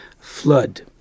flood